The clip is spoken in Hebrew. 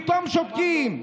פתאום שותקים.